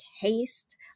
taste